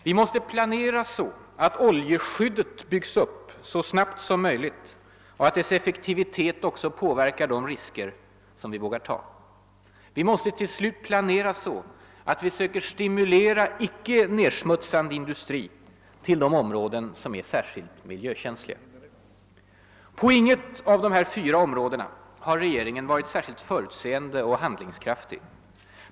Vi måste planera så, att oljeskyddet byggs upp så snabbt som möjligt och att dess effektivitet också påverkar de risker vi vågar ta. Vi måste slutligen planera så, att vi söker stimulera icke nedsmutsande industri till de områden som är särskilt miljökänsliga. På inget av dessa fyra områden har regeringen varit särskilt förutseende och handlingskraftig.